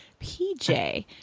PJ